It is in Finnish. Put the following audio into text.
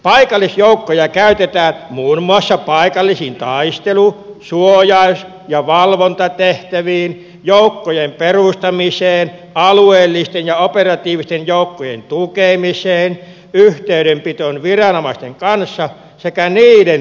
paikallisjoukkoja käytetään muun muassa paikallisiin taistelu suojaus ja valvontatehtäviin joukkojen perustamiseen alueellisten ja operatiivisten joukkojen tukemiseen yhteydenpitoon viranomaisten kanssa sekä niiden tukemiseen